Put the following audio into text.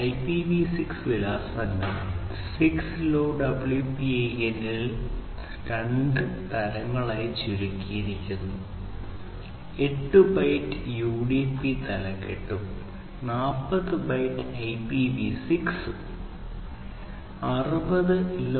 IPv6 വിലാസങ്ങൾ 6LoWPAN ൽ രണ്ട് തരങ്ങളായി ചുരുക്കിയിരിക്കുന്നു 8 ബൈറ്റ് UDP തലക്കെട്ടും 40 ബൈറ്റ് IPv6 തലക്കെട്ടും